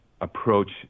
approach